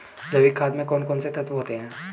जैविक खाद में कौन कौन से तत्व होते हैं?